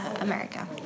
America